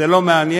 זה לא מעניין?